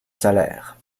salaire